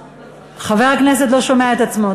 חבר הכנסת לא שומע את עצמו.